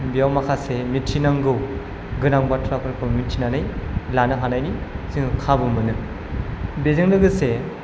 बेयाव माखासे मिथिनांगौ गोनां बाथ्राफोरखौ मिथिनानै लानो हानायनि जों खाबु मोनो बेजों लोगोसे